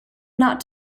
not